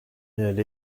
elle